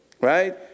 right